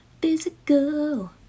physical